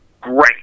great